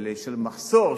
של מחסור,